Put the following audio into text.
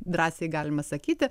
drąsiai galima sakyti